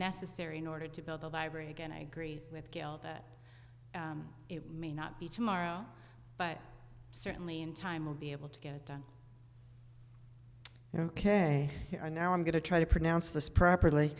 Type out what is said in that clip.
necessary in order to build the library again i agree with gayle that it may not be tomorrow but certainly in time we'll be able to get it done ok here now i'm going to try to pronounce this properly